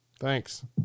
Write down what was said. Thanks